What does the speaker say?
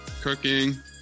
Cooking